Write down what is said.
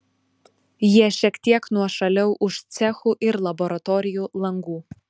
jie šiek tiek nuošaliau už cechų ir laboratorijų langų